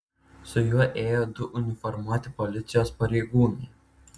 su juo ėjo du uniformuoti policijos pareigūnai